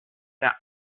that